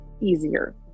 easier